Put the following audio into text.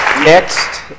Next